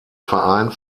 verein